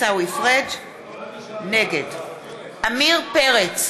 נגד עמיר פרץ,